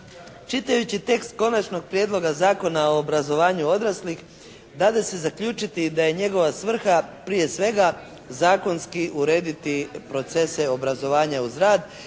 Čitajući tekst Konačnog prijedloga Zakona o obrazovanju odraslih dade se zaključiti da je njegova svrha prije svega zakonski urediti procese obrazovanja uz rad